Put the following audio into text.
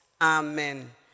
amen